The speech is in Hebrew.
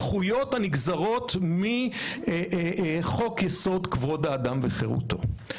זכויות הנגזרות מחוק יסוד: כבוד האדם וחירותו.